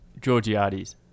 Georgiades